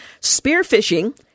spearfishing